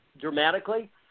dramatically